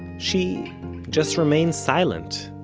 she just remained silent